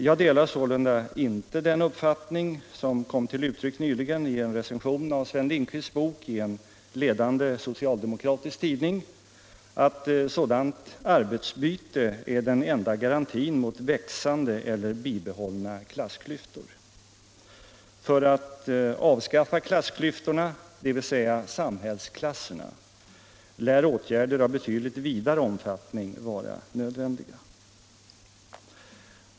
Jag delar sålunda inte den uppfattning som kom till uttryck nyligen i en recension av Sven Lindqvists bok i en ledande socialdemokratisk tidning, nämligen att sådant arbetsbyte är den enda garantin mot växande eller bibehållna klassklyftor. För att avskaffa klassklyftorna, dvs. samhällsklasserna, lär åtgärder av betydligt vidare omfattning vara nödvändiga.